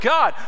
God